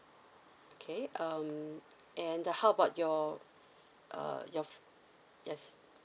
okay um and uh how about your uh your yes